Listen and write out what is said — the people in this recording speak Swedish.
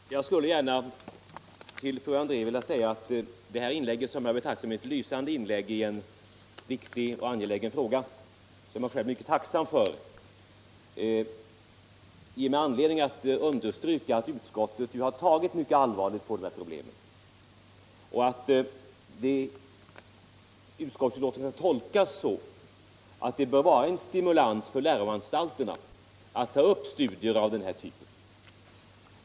Herr talman! Jag skulle gärna till fru André vilja säga att detta inlägg - som jag betraktar som ett lysande inlägg i en viktig och angelägen fråga och som jag själv är mycket tacksam för — ger mig anledning att understryka att utskottet har tagit mycket allvarligt på det här problemet och att utskottsbetänkandet skall tolkas så, att det bör vara en stimulans för läroanstalterna att ta upp studier av den här typen.